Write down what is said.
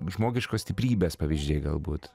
žmogiškos stiprybės pavyzdžiai galbūt